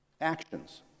Actions